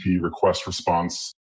request-response